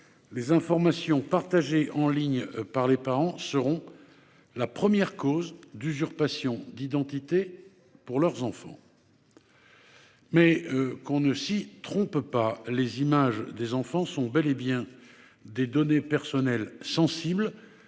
les informations partagées en ligne par les parents seront la première cause d'usurpation d'identité pour leurs enfants. Que l'on ne s'y trompe pas : les images des enfants sont bel et bien des données personnelles sensibles,